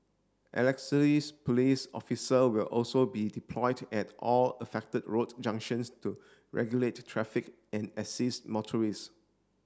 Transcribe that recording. police officers will also be deployed at all affected road junctions to regulate traffic and assist motorist